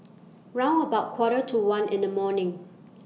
round about Quarter to one in The morning